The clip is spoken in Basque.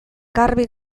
garbi